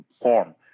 form